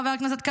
חבר הכנסת קריב,